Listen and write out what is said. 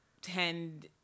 tend